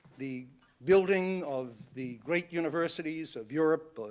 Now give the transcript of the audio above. the building of the great universities of europe,